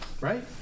right